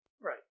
Right